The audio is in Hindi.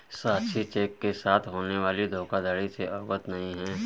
साक्षी चेक के साथ होने वाली धोखाधड़ी से अवगत नहीं है